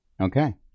Okay